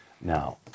Now